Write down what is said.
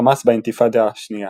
חמאס באינתיפאדה השנייה